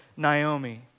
Naomi